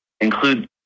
include